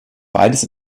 beides